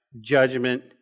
Judgment